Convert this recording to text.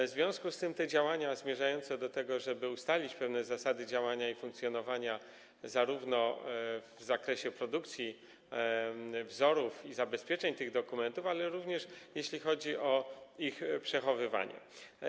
W związku z tym są działania zmierzające do tego, żeby ustalić pewne zasady działania i funkcjonowania zarówno w zakresie produkcji wzorów i zabezpieczeń tych dokumentów, jak i ich przechowywanie.